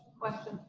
question.